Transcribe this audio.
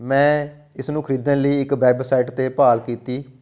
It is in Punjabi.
ਮੈਂ ਇਸ ਨੂੰ ਖਰੀਦਣ ਲਈ ਇੱਕ ਵੈਬਸਾਈਟ 'ਤੇ ਭਾਲ ਕੀਤੀ